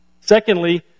Secondly